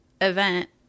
event